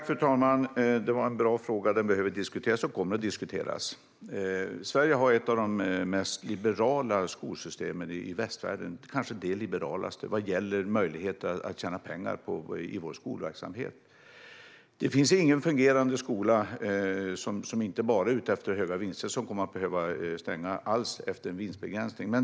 Fru talman! Det är en bra fråga; den behöver diskuteras och kommer att diskuteras. Sverige har ett av de mest liberala skolsystemen i västvärlden - kanske det mest liberala - vad gäller möjligheten att tjäna pengar på skolverksamhet. Ingen fungerande skola som inte bara är ute efter höga vinster kommer att behöva stänga efter en vinstbegränsning.